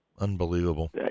Unbelievable